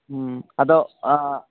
ᱟᱫᱚ